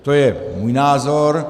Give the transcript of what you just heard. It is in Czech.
To je můj názor.